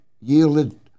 yielded